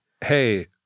Hey